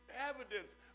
evidence